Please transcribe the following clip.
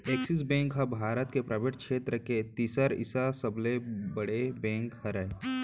axis bank ह भारत के पराइवेट छेत्र के तिसरइसा सबले बड़े बेंक हरय